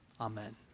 amen